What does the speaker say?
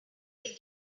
deal